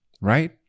right